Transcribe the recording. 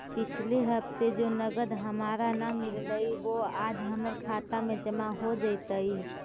पिछले हफ्ते जो नकद हमारा न मिललइ वो आज हमर खता में जमा हो जतई